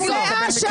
דגלי אש"ף.